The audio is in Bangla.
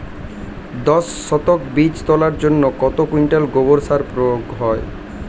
দশ শতক বীজ তলার জন্য কত কুইন্টাল গোবর সার প্রয়োগ হয়?